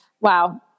Wow